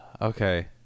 Okay